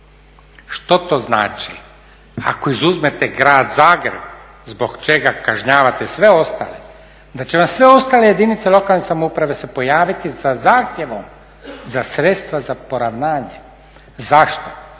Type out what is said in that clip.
Što to znači? ako izuzmete grad Zagreb zbog čega kažnjavate sve ostale, da će vam sve ostale jedinice lokalne samouprave pojaviti sa zahtjevom za sredstva za poravnanje. Zašto?